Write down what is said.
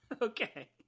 Okay